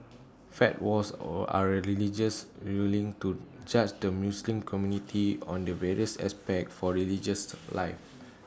fatwas all are religious rulings to just the Muslim community on the various aspects for religious life